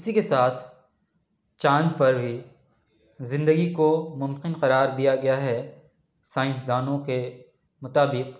اسی کے ساتھ چاند پر بھی زندگی کو ممکن قرار دیا گیا ہے سائنسدانوں کے مطابق